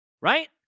right